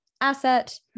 asset